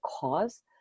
cause